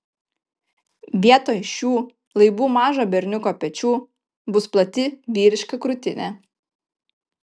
vietoj šių laibų mažo berniuko pečių bus plati vyriška krūtinė